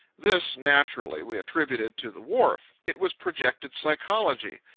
this, naturally, we attributed to the wharf. it was projected psychology.